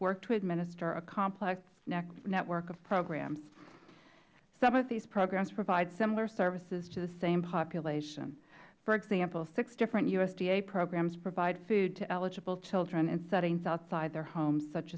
work to administer a complex network of programs some of these programs provide similar services to the same population for example six different usda programs provide food to eligible children in settings outside their homes such